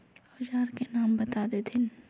औजार के नाम बता देथिन?